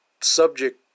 subject